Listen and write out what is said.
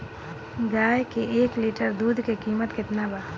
गाय के एक लीटर दूध के कीमत केतना बा?